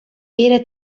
era